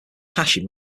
hashing